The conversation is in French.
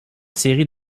série